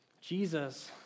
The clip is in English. Jesus